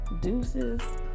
deuces